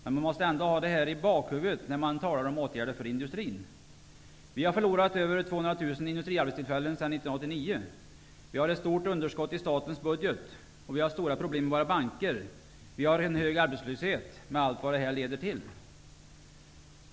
Men man måste ändå ha det i bakhuvudet när man talar om åtgärder för industrin. Vi har förlorat över 200 000 industriarbetstillfällen sedan 1989. Vi har ett stort underskott i statens budget, och vi har stora problem med våra banker. Vi har en hög arbetslöshet, med allt vad det leder till.